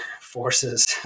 forces